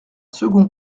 second